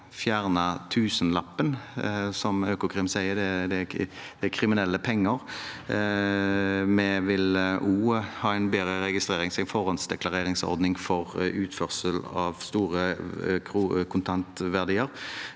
å fjerne tusenlappen, som Økokrim sier at er kriminelle penger. Vi vil også ha en bedre registrering, en forhåndsklareringsordning for utførsel av store kontantverdier.